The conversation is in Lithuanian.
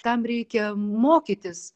tam reikia mokytis